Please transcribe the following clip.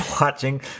watching